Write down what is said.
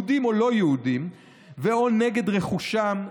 יהודים או לא יהודים ו/או נגד רכושם,